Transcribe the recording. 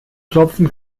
klopfen